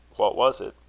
what was it?